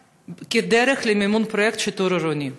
כדרך למימון פרויקט השיטור העירוני?